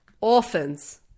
orphans